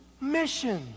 mission